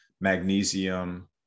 magnesium